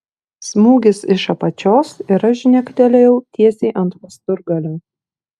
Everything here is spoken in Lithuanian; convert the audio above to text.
smūgis iš apačios ir aš žnektelėjau tiesiai ant pasturgalio